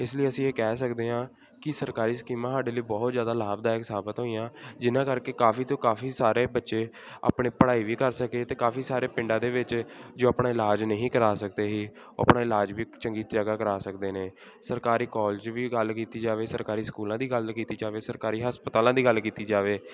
ਇਸ ਲਈ ਅਸੀਂ ਇਹ ਕਹਿ ਸਕਦੇ ਹਾਂ ਕਿ ਸਰਕਾਰੀ ਸਕੀਮਾਂ ਸਾਡੇ ਲਈ ਬਹੁਤ ਜ਼ਿਆਦਾ ਲਾਭਦਾਇਕ ਸਾਬਤ ਹੋਈਆਂ ਜਿਨ੍ਹਾਂ ਕਰਕੇ ਕਾਫੀ ਤੋਂ ਕਾਫੀ ਸਾਰੇ ਬੱਚੇ ਆਪਣੇ ਪੜ੍ਹਾਈ ਵੀ ਕਰ ਸਕੇ ਅਤੇ ਕਾਫੀ ਸਾਰੇ ਪਿੰਡਾਂ ਦੇ ਵਿੱਚ ਜੋ ਆਪਣੇ ਇਲਾਜ ਨਹੀਂ ਕਰਵਾ ਸਕਦੇ ਸੀ ਉਹ ਆਪਣਾ ਇਲਾਜ ਵੀ ਚੰਗੀ ਜਗ੍ਹਾ ਕਰਵਾ ਸਕਦੇ ਨੇ ਸਰਕਾਰੀ ਕੋਲਜ ਵੀ ਗੱਲ ਕੀਤੀ ਜਾਵੇ ਸਰਕਾਰੀ ਸਕੂਲਾਂ ਦੀ ਗੱਲ ਕੀਤੀ ਜਾਵੇ ਸਰਕਾਰੀ ਹਸਪਤਾਲਾਂ ਦੀ ਗੱਲ ਕੀਤੀ ਜਾਵੇ